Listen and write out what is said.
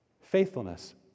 Faithfulness